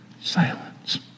silence